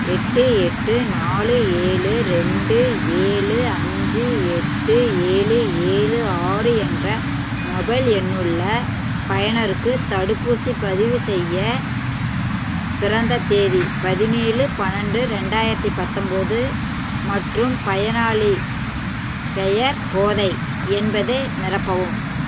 எட்டு எட்டு நாலு ஏழு ரெண்டு ஏழு அஞ்சு எட்டு ஏழு ஏழு ஆறு என்ற மொபைல் எண்ணுள்ள பயனருக்கு தடுப்பூசிப் பதிவு செய்ய பிறந்த தேதி பதினேழு பன்னெண்டு ரெண்டாயிரத்தி பத்தொம்போது மற்றும் பயனாளிப் பெயர் கோதை என்பதை நிரப்பவும்